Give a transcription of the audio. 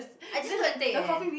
I just go and take eh